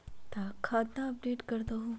खाता अपडेट करदहु?